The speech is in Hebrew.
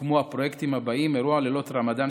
הוקמו הפרויקטים הבאים: אירוע לילות רמדאן,